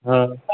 हँ